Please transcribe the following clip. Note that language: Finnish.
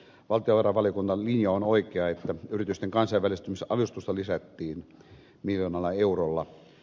valtiovarainvaliokunnan linja on oikea että yritysten kansainvälistymisavustusta lisättiin miljoonalla eurolla